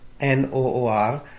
N-O-O-R